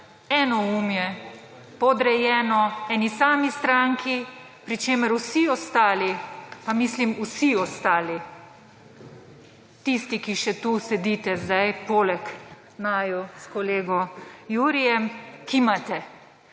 enoumje, podrejeno eni sami stranki, pri čemer vsi ostali, pa mislim vsi ostali, tisti, ki še tu sedite zdaj poleg naju s kolego Jurijem, kimate.